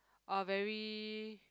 are very